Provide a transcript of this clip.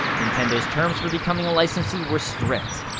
nintendo's terms for becoming a licensee were strict.